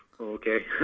Okay